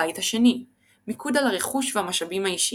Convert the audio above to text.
הבית ה-2 - מיקוד על הרכוש והמשאבים האישיים.